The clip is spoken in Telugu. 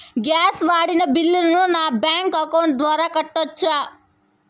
గ్యాస్ వాడిన బిల్లును నా బ్యాంకు అకౌంట్ ద్వారా కట్టొచ్చా?